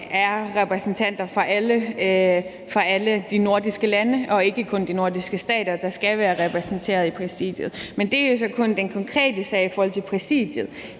være repræsentanter fra alle de nordiske lande, og at det ikke kun er de nordiske stater, der skal være repræsenteret i Præsidiet. Men det er så kun den konkrete sag i forhold til Præsidiet.